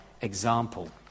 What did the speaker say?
example